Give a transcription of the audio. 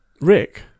Rick